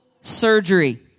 surgery